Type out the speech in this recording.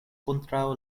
kontraŭ